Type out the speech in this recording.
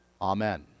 Amen